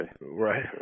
Right